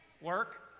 work